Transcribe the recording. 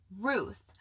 Ruth